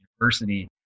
university